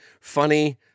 funny